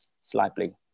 slightly